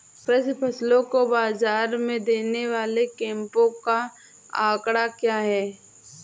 कृषि फसलों को बाज़ार में देने वाले कैंपों का आंकड़ा क्या है?